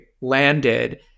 landed